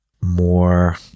more